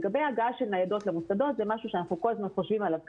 לגבי הגעה של ניידות למסעדות זה דבר שאנחנו כל הזמן חושבים עליו,